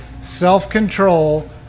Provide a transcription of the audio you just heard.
self-control